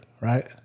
right